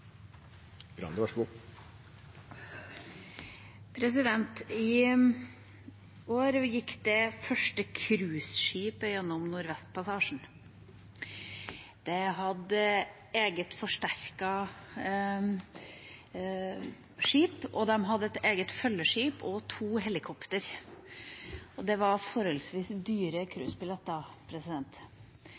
I år gikk det første cruiseskipet gjennom Nordvestpassasjen. Det hadde eget forsterket skip, og de hadde et eget følgeskip og to helikoptre. Det var forholdsvis dyre